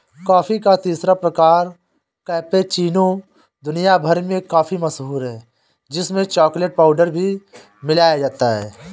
coffee का तीसरा प्रकार कैपेचीनो दुनिया भर में काफी मशहूर है जिसमें चॉकलेट पाउडर भी मिलाया जाता है